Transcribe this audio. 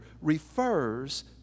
refers